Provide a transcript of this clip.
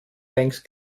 längst